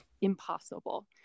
impossible